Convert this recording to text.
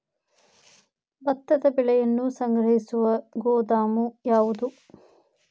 ಭತ್ತದ ಬೆಳೆಯನ್ನು ಸಂಗ್ರಹಿಸುವ ಗೋದಾಮು ಯಾವದು?